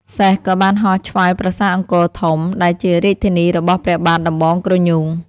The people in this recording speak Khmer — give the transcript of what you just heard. សេះក៏បានហោះឆ្វែលប្រាសាទអង្គរធំ ដែលជារាជធានីរបស់ព្រះបាទដំបងក្រញូង ។